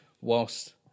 whilst